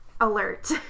alert